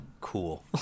cool